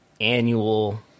annual